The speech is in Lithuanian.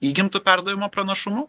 įgimtu perdavimo pranašumu